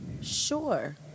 Sure